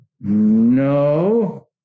No